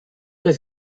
his